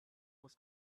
was